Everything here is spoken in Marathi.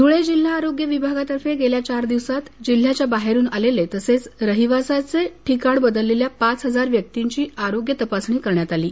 ध्ळे जिल्हा आरोग्य विभागातर्फे गेल्या चार दिवसात जिल्ह्याच्या बाहेरून आलेले तसंच रहिवासाचे ठिकाण बदललेल्या पाच हजार व्यक्तींची आरोग्य तपासणी करण्यात आली आहे